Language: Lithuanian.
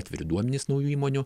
atviri duomenys naujų įmonių